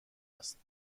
است